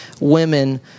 women